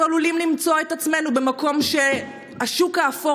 אנחנו עלולים למצוא את עצמנו במקום שהשוק האפור